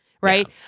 Right